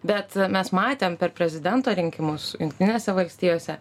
bet mes matėm per prezidento rinkimus jungtinėse valstijose